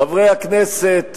חברי הכנסת